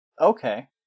Okay